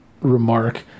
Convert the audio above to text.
remark